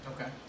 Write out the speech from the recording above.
Okay